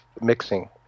mixing